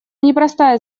непростая